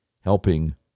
helping